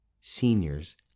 seniors